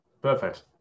Perfect